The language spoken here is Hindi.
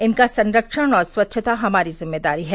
इनका संरक्षण और स्वच्छता हमारी ज़िम्मेदारी है